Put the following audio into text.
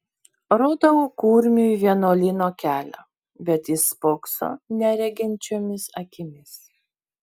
rodau kurmiui vienuolyno kelią bet jis spokso nereginčiomis akimis